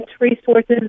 resources